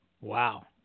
Wow